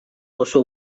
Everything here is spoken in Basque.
oso